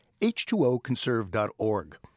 h2oconserve.org